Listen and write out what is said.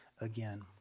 again